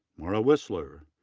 maura wissler,